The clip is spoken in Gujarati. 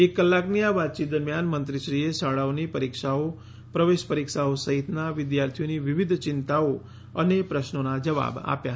એક કલાકની આ વાતયીત દરમિયાન મંત્રીશ્રીએ શાળાઓની પરીક્ષાઓ પ્રવેશ પરીક્ષાઓ સહિતના વિદ્યાર્થીઓની વિવિધ ચિંતાઓ અને પ્રશ્નોના જવાબ આપ્યા હતા